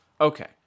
Okay